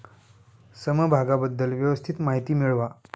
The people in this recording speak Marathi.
समभागाबद्दल व्यवस्थित माहिती मिळवा